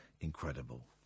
incredible